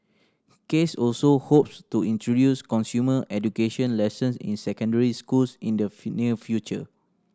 case also hopes to introduce consumer education lessons in secondary schools in the near future